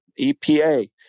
EPA